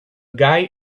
guy